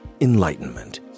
Enlightenment